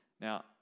Now